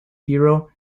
hero